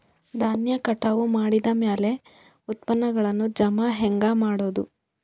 ಧಾನ್ಯ ಕಟಾವು ಮಾಡಿದ ಮ್ಯಾಲೆ ಉತ್ಪನ್ನಗಳನ್ನು ಜಮಾ ಹೆಂಗ ಮಾಡೋದು?